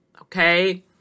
Okay